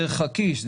דרך הכיס,